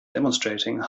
demonstrating